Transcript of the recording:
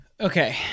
Okay